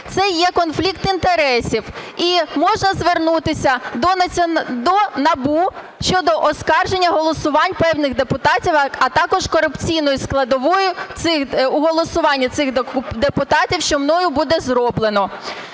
це є конфлікт інтересів і можна звернутися до НАБУ щодо оскарження голосувань певних депутатів, а також корупційної складової у голосуванні цих депутатів, що мною буде зроблено.